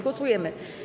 Głosujemy.